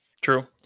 true